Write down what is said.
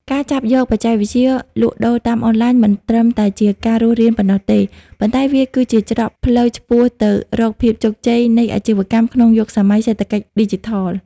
ការចាប់យកបច្ចេកវិទ្យាលក់ដូរតាមអនឡាញមិនត្រឹមតែជាការរស់រានប៉ុណ្ណោះទេ ប៉ុន្តែវាគឺជាច្រកផ្លូវឆ្ពោះទៅរកភាពជោគជ័យនៃអាជីវកម្មក្នុងយុគសម័យសេដ្ឋកិច្ចឌីជីថល។